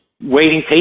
waiting